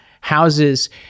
houses